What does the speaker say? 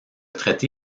traité